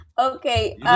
Okay